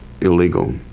illegal